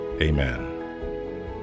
amen